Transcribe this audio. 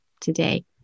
today